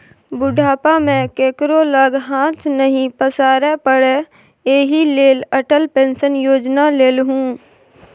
बुढ़ापा मे केकरो लग हाथ नहि पसारै पड़य एहि लेल अटल पेंशन योजना लेलहु